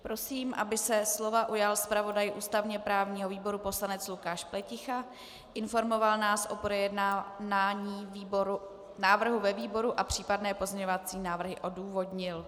Prosím, aby se slova ujal zpravodaj ústavněprávního výboru poslanec Lukáš Pleticha, informoval nás o projednání návrhu ve výboru a případné pozměňovací návrhy odůvodnil.